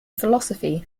philosophy